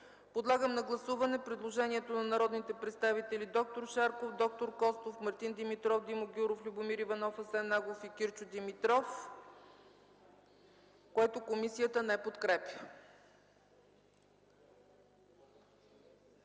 Подлагам на гласуване предложението на народните представители д-р Шарков, д-р Костов, Мартин Димитров, Димо Гяуров, Любомир Иванов, Асен Агов и Кирчо Димитров, което комисията не подкрепя.